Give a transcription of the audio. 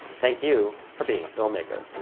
thank you for being a filmmaker.